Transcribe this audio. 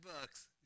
bucks